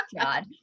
God